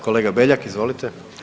Kolega Beljak izvolite.